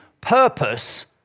purpose